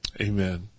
amen